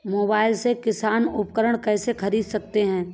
Mobile से किसान उपकरण कैसे ख़रीद सकते है?